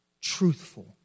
truthful